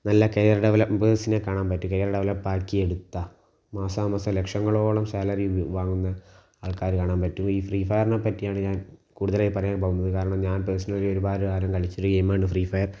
നല്ല കരിയർ ഡെവലപ്പേഴ്സിനെ കാണാൻ പറ്റും കരിയർ ഡെവലപ്പാക്കി എടുത്താൽ മാസം മാസം ലക്ഷങ്ങളോളം സാലറി വാങ്ങുന്ന ആൾക്കാരെ കാണാൻ പറ്റും ഈ ഫ്രീ ഫയറിനെ പറ്റിയാണ് ഞാൻ കൂടുതലായി പറയാൻ പോകുന്നത് കാരണം ഞാൻ പേർസണലായി ഒരുപാട് കാലം കളിച്ചൊരു ഗെയിമാണ് ഫ്രീ ഫയർ